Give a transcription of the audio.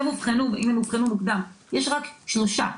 אובחנו אם אובחנו מוקדם - יש רק שלושה.